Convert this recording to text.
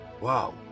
wow